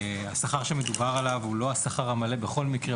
השכר שמדובר עליו הוא לא השכר המלא בכל מקרה,